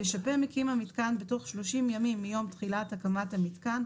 ישפה מקים המיתקן בתוך 30 ימים מיום תחילת הקמת המיתקן,